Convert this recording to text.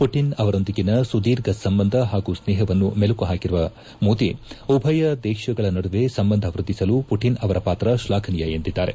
mutton ಅವರೊಂದಿಗಿನ ಸುದೀರ್ಘ ಸಂಬಂಧ ಮತ್ತು ಸ್ನೇಹವನ್ನು ಮೆಲುಕು ಪಾಕಿರುವ ಮೋದಿ ಉಭಯ ದೇಶಗಳ ನಡುವೆ ಸಂಬಂಧ ವೃದ್ಧಿಸಲು ಪುಟನ್ ಅವರ ಪಾತ್ರ ಶ್ವಾಘನೀಯ ಎಂದಿದ್ದಾರೆ